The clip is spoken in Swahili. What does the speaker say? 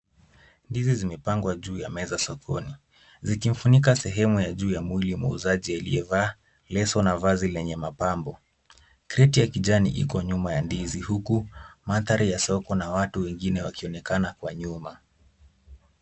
Ndizi zimepangwa juu ya meza sokoni, zikifunika sehemu ya juu ya mwili ya muuzaji aliyevaa leso na vazi lenye mapambo. Kreti ya kijani iko nyuma ya ndizi huku mandhari ya soko na watu wengine wakionekana kwa nyuma.